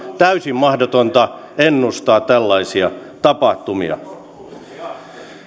täysin mahdotonta ennustaa tällaisia tapahtumia